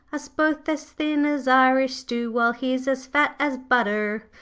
us both as thin as irish stoo, while he's as fat as butter.